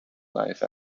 live